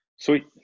Sweet